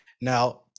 Now